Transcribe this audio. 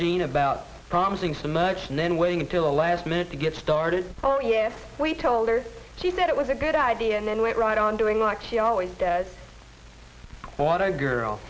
jean about promising so much and then waiting until the last minute to get started oh yes we told her she said it was a good idea and then went right on doing like she always does what our girl